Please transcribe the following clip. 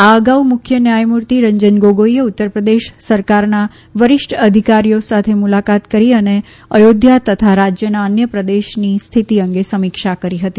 આ અગાઉ મુખ્ય ન્યાયમૂર્તિ રંજન ગોગોઇએ ઉત્તર પ્રદેશ સરકારના વરિષ્ઠ અધિકારીઓ સાથે મુલાકાત કરી અને અયોધ્યા તથા રાજયના અન્ય પ્રદેશની સ્થિતિ અંગે સમીક્ષા કરી હતી